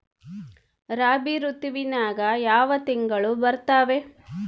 ರಾಬಿ ಋತುವಿನ್ಯಾಗ ಯಾವ ತಿಂಗಳು ಬರ್ತಾವೆ?